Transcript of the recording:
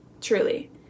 truly